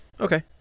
Okay